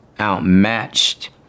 outmatched